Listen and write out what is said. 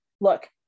look